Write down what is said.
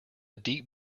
deep